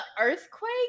earthquake